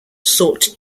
sought